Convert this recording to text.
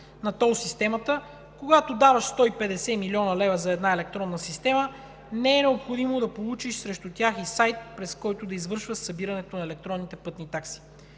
на тол системата, когато даваш 150 млн. лв. за една електронна система, не е необходимо да получиш срещу тях и сайт, през който да извършваш събирането на електронните пътни такси.